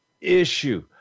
issue